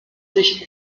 sich